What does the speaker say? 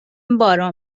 باران